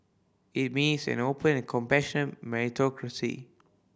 it means an open and compassionate meritocracy